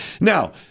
Now